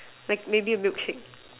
like maybe milkshake